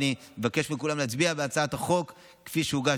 אני מבקש מכולם להצביע על הצעת החוק כפי שהוגשה,